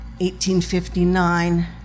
1859